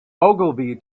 ogilvy